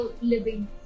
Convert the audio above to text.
living